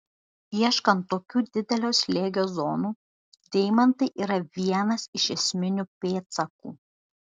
ieškant tokių didelio slėgio zonų deimantai yra vienas iš esminių pėdsakų